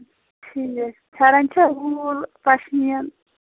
ٹھیٖک پھٮ۪رَن چھا ووٗل پَشمیٖن